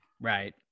Right